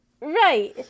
Right